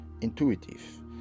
intuitive